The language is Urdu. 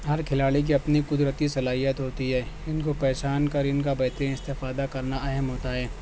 ہر کھلاڑی کی اپنی قدرتی صلاحیت ہوتی ہے ان کو پہچان کر ان کا بہترین استفادہ کرنا اہم ہوتا ہے